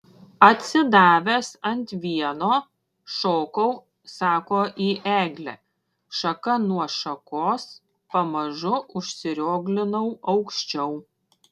atsidavęs ant vieno šokau sako į eglę šaka nuo šakos pamažu užsirioglinau aukščiau